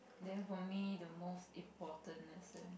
then for me the most important lesson